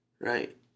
Right